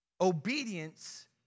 Obedience